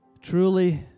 Truly